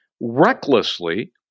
recklessly